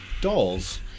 dolls